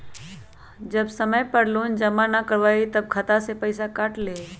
जब समय पर लोन जमा न करवई तब खाता में से पईसा काट लेहई?